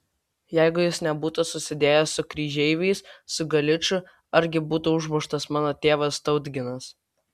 jeigu jis nebūtų susidėjęs su kryžeiviais su galiču argi būtų užmuštas mano tėvas tautginas